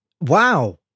Wow